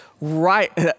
right